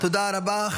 תודה רבה.